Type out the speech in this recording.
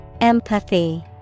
Empathy